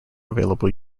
available